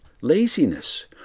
laziness